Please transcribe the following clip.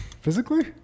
Physically